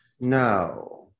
No